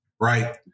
right